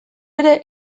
ere